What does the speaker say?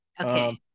Okay